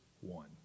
one